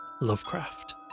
Lovecraft